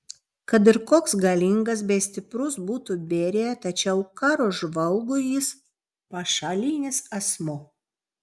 kad ir koks galingas bei stiprus būtų berija tačiau karo žvalgui jis pašalinis asmuo